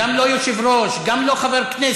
גם לא "יושב-ראש" וגם לא "חבר כנסת".